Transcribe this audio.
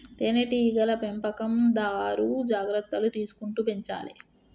తేనె టీగల పెంపకందారు జాగ్రత్తలు తీసుకుంటూ పెంచాలే